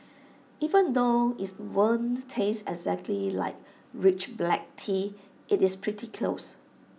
even though is won't taste exactly like rich black tea IT is pretty close